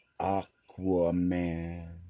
Aquaman